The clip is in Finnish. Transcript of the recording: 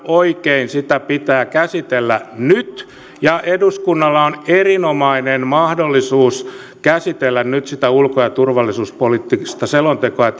oikein sitä pitää käsitellä nyt ja eduskunnalla on erinomainen mahdollisuus käsitellä nyt sitä ulko ja turvallisuuspoliittista selontekoa